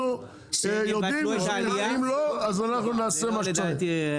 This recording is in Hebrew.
אנחנו יודעים, אם לא, אז אנחנו נעשה את מה שצריך.